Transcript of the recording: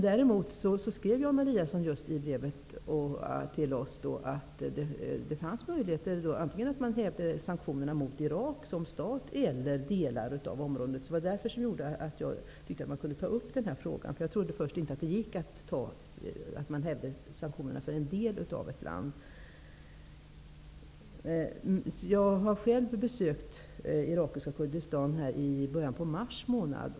Däremot skrev Jan Eliasson i brevet till oss att det fanns möjligheter att häva sanktionerna mot Irak som stat eller mot delar av området. Det var därför jag tyckte att man kunde ta upp den här frågan, jag trodde först att man inte kunde häva sanktionerna mot en del av ett land. Jag har själv besökt irakiska Kurdistan. Det var i början på mars månad.